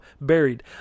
buried